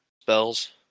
spells